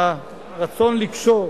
הרצון לקשור